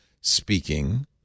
speaking